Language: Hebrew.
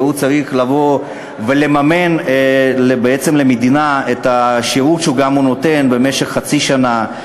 והוא צריך לממן בעצם למדינה את השירות שגם הוא נותן במשך חצי שנה,